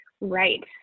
Right